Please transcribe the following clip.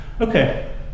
Okay